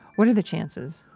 what are the chances?